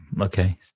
Okay